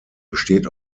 besteht